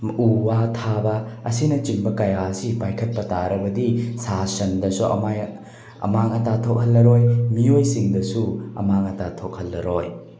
ꯎ ꯋꯥ ꯊꯥꯕ ꯑꯁꯤꯅꯆꯤꯡꯕ ꯀꯌꯥ ꯑꯁꯤ ꯄꯥꯏꯈꯠꯄ ꯇꯥꯔꯕꯗꯤ ꯁꯥ ꯁꯟꯗꯁꯨ ꯑꯃꯥꯡ ꯑꯇꯥ ꯊꯣꯛꯍꯜꯂꯔꯣꯏ ꯃꯤꯑꯣꯏꯁꯤꯡꯗꯁꯨ ꯑꯃꯥꯡ ꯑꯇꯥ ꯊꯣꯛꯍꯜꯂꯔꯣꯏ